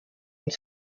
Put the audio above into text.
und